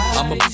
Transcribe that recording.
I'ma